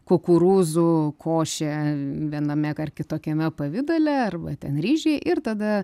kukurūzų košė viename ar kitokiame pavidale arba ten ryžiai ir tada